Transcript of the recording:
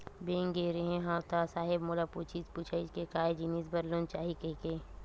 Bank गे रेहे हंव ता साहेब मोला पूछिस पुछाइस के काय जिनिस बर लोन चाही कहिके?